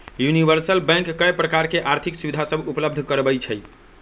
universal bank कय प्रकार के आर्थिक सुविधा सभ उपलब्ध करबइ छइ